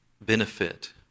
benefit